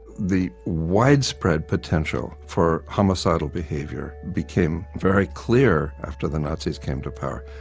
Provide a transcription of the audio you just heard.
the widespread potential for homicidal behaviour became very clear after the nazis came to power.